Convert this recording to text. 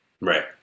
Right